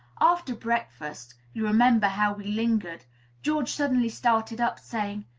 after breakfast you remember how we lingered george suddenly started up, saying,